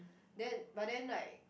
then but then like